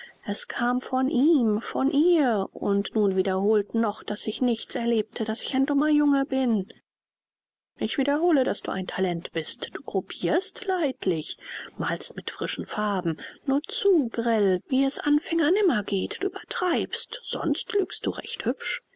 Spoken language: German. es kam von ihm von ihr und nun wiederholt noch daß ich nichts erlebte daß ich ein dummer junge bin ich wiederhole daß du ein talent bist du gruppirst leidlich malst mit frischen farben nur zu grell wie es anfängern immer geht du übertreibst sonst lügst du recht hübsch